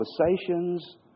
conversations